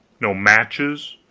no matches,